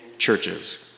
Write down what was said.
churches